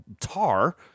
tar